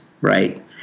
right